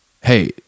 hey